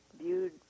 viewed